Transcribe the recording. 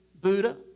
buddha